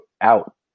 out